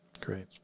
Great